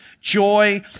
joy